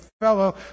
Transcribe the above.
fellow